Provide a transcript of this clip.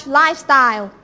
lifestyle